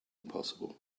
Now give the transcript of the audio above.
impossible